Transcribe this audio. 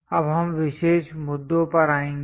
अब हम विशेष मुद्दों पर आएंगे